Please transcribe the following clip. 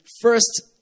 first